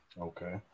Okay